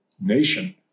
nation